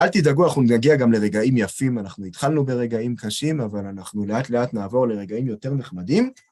אל תדאגו, אנחנו נגיע גם לרגעים יפים, אנחנו התחלנו ברגעים קשים, אבל אנחנו לאט לאט נעבור לרגעים יותר נחמדים...